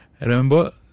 Remember